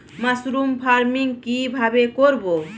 Mushroom farming কি ভাবে করব?